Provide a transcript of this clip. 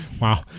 Wow